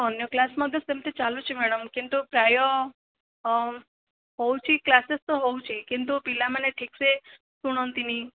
ଅନ୍ୟ କ୍ଳାସ ମଧ୍ୟ ସେମିତି ଚାଲୁଛି ମ୍ୟାଡ଼ମ କିନ୍ତୁ ପ୍ରାୟ ହେଉଛି କ୍ଳାସେସ୍ ତ ହେଉଛି କିନ୍ତୁ ପିଲାମାନେ ଠିକ୍ସେ ଶୁଣନ୍ତିନି